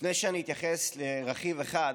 לפני שאני אתייחס לרכיב אחד,